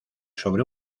sobre